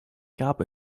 gab